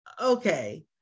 okay